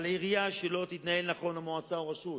אבל עירייה, מועצה, רשות,